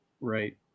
right